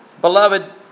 Beloved